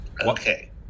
Okay